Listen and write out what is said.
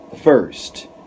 first